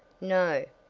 no,